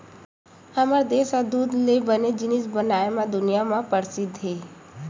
हमर देस ह दूद ले बने जिनिस बनाए म दुनिया म परसिद्ध हे